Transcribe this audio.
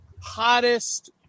hottest